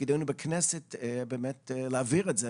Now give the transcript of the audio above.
תפקידנו בכנסת הוא באמת להעביר את זה,